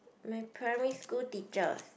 my primary school teacher